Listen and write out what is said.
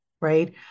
right